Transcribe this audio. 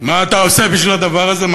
ומה אתה עושה בשביל הדבר הזה?